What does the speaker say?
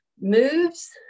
moves